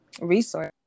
resource